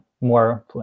more